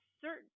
certain